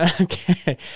Okay